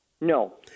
No